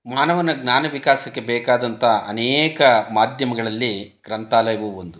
ಮಾನವನ ಜ್ಞಾನ ವಿಕಾಸಕ್ಕೆ ಬೇಕಾದಂಥ ಅನೇಕ ಮಾಧ್ಯಮಗಳಲ್ಲಿ ಗ್ರಂಥಾಲಯವೂ ಒಂದು